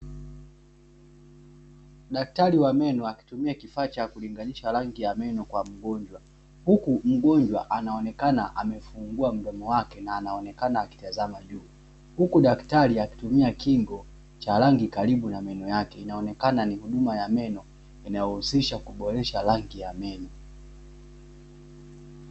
Daktari wa meno akitumia kifaa cha kulinganisha rangi ya meno kwa mgonjwa, huku mgonjwa anaonekana amefungua mdomo wake na anaonekana akitazama juu, huku daktari akitumia kingo cha rangi karibu na meno yake. Inaonekana ni huduma ya meno inayohusisha kuboresha rangi ya meno.